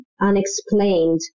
unexplained